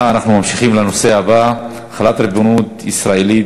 בעד, 11,